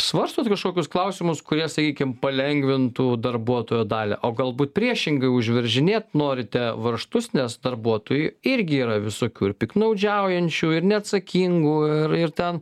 svarstot kažkokius klausimus kurie sakykim palengvintų darbuotojo dalią o galbūt priešingai užveržinėt norite varžtus nes darbuotojų irgi yra visokių ir piktnaudžiaujančių ir neatsakingų ir ir ten